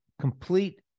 complete